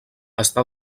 està